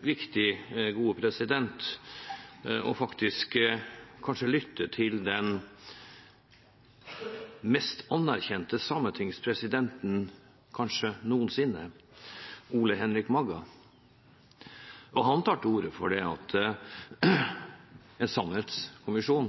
viktig faktisk å lytte til den kanskje mest anerkjente sametingspresidenten noensinne, Ole Henrik Magga. Han tar til orde for at en sannhetskommisjon